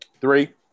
Three